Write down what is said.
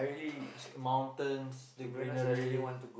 uh mountains the greenery